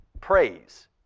praise